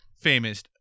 famous